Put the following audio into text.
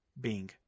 Bing